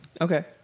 Okay